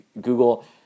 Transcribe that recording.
Google